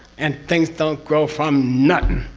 and things don't grow from nothing.